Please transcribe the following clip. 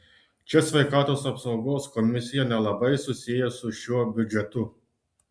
čia sveikatos apsaugos komisija nelabai susiejo su šiuo biudžetu